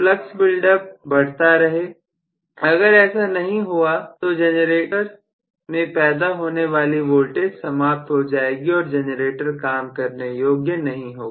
flux buildup बढ़ता रहे अगर ऐसा नहीं हुआ तो जनरेटर में पैदा होने वाली वोल्टेज समाप्त हो जाएगी और जनरेटर काम करने योग्य नहीं होगा